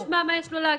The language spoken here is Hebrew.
בוא נשמע מה יש לו להגיד.